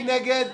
מי נגד?